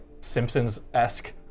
Simpsons-esque